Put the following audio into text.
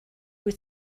wyt